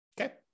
okay